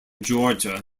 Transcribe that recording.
georgia